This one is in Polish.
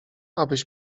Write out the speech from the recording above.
abyś